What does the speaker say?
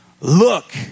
Look